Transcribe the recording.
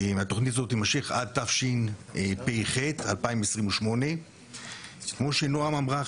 התוכנית הזאת תימשך עד תשפ"ח 2028. כמו שנעם אמרה,